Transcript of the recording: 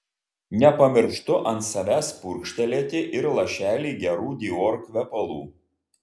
nepamirštu ant savęs purkštelėti ir lašelį gerų dior kvepalų